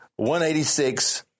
186